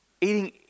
eating